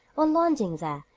on landing there,